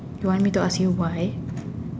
you want me to ask you why